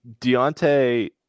Deontay